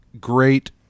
great